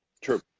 True